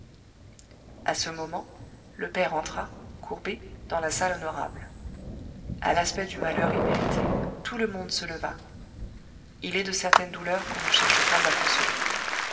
à ce moment le père entra courbé dans la salle honorable à l'aspect du malheur immérité tout le monde se leva il est de certaines douleurs qu'on ne cherche pas à consoler